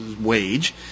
wage